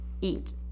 eat